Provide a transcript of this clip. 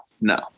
no